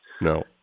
No